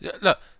Look